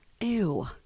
Ew